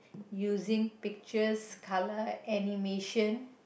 using pictures colour animation